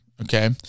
Okay